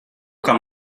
kann